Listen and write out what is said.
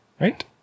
Right